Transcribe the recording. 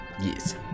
Yes